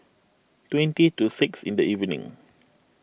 twenty to six in the evening